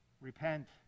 Repent